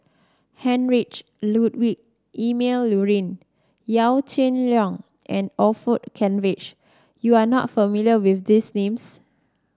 Heinrich Ludwig Emil Luering Yaw Shin Leong and Orfeur Cavenagh you are not familiar with these names